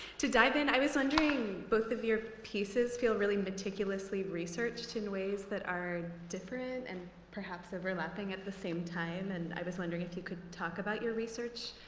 to dive in, i was wondering. both of your pieces feel really meticulously researched in ways that are different and perhaps overlapping at the same time. and i was wondering if you could talk about your research